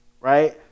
right